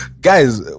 Guys